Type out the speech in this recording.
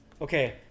Okay